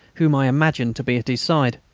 whom i imagined to be at his side.